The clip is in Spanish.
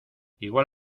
igual